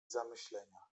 zamyślenia